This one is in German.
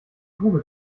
grube